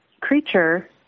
creature